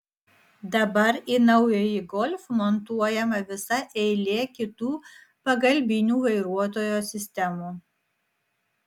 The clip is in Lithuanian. dabar į naująjį golf montuojama visa eilė kitų pagalbinių vairuotojo sistemų